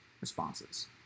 responses